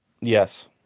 yes